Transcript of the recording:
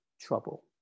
trouble